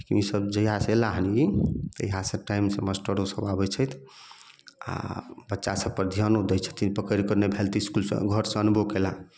ईसब जहिआ से एला हन ई तहिआ से टाइम से मास्टरो सब आबैत छथि आ बच्चा सब पर धिआनो दै छथिन पकड़िके नहि भेल तऽ घर से अनबो कयला